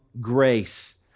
grace